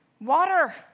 water